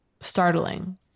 startling